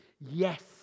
yes